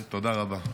תודה רבה.